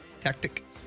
tactic